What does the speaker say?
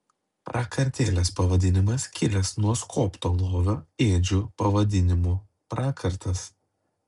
prakartėlės pavadinimas kilęs nuo skobto lovio ėdžių pavadinimo prakartas